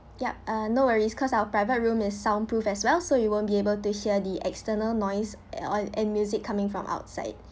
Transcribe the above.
yup uh no worries cause our private room is sound proof as well so you won't be able to hear the external noise and all and music coming from outside